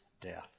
death